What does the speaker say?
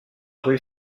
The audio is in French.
rue